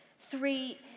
three